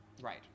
Right